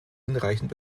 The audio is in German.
hinreichend